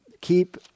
keep